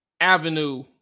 avenue